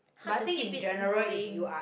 hard to keep it going